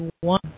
one